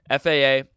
FAA